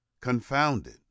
confounded